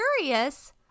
curious